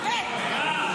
באמת.